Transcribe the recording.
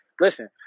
Listen